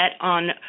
on